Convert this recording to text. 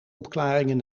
opklaringen